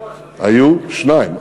היו שניים,